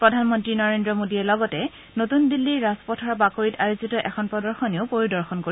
প্ৰধানমন্ত্ৰী নৰেন্দ্ৰ মোডীয়ে লগতে নতুন দিল্লীৰ ৰাজপথৰ বাকৰিত আয়োজিত এখন প্ৰদৰ্শনীও পৰিদৰ্শন কৰিব